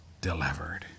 delivered